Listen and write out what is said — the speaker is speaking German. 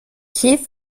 keith